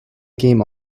game